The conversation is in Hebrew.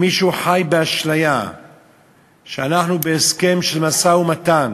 אם מישהו חי באשליה שאנחנו בהסכם של משא-ומתן